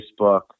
Facebook